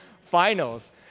finals